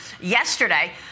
yesterday